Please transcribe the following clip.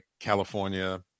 California